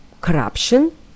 corruption